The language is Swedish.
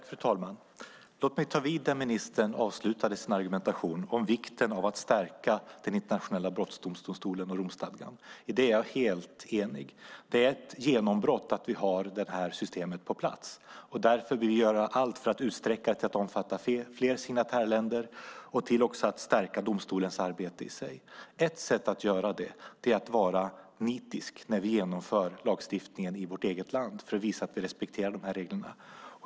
Fru talman! Låt mig ta vid där ministern avslutade sin argumentation. Det gäller vikten av att stärka den internationella brottmålsdomstolen och Romstadgan. I det är jag helt enig med ministern. Det är ett genombrott att vi har detta system på plats, och därför vill jag göra allt för att det ska utsträckas till att omfatta fler signatärländer och stärka domstolens arbete i sig. Ett sätt att göra det är att vara nitisk när vi genomför lagstiftning i vårt eget land, för att visa att vi respekterar reglerna.